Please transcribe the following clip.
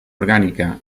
orgànica